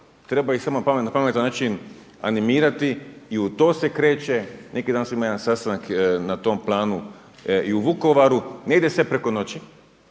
treba ih samo na pametan način animirati i u to se kreće. Neki dan sam imao jedan sastanak na tom planu i u Vukovaru, ne ide sve preko noći,